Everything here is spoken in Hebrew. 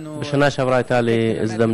חברי הכנסת היקרים, בשנה שעברה הייתה לי הזדמנות.